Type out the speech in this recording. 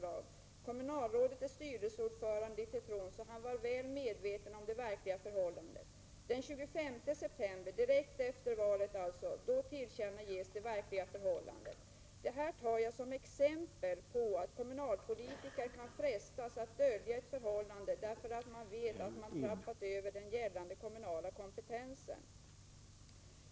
Kommunalrådet är styrelseordförande i Tetron, så han var väl medveten om det verkliga förhållandet. Den 25 september, alltså direkt efter valet, tillkännagavs det verkliga förhållandet. Detta tar jag som exempel på att kommunalpolitiker kan frestas att dölja ett förhållande därför att man vet att man överskridit den gällande kommunala kompetensen.